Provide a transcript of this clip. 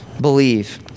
Believe